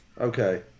Okay